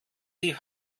die